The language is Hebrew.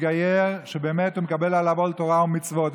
המתגייר, שבאמת הוא מקבל עליו עול תורה ומצוות.